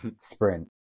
sprint